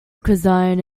cosine